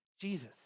Jesus